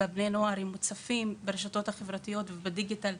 מוצפים ברשתות החברתיות ובדיגיטל,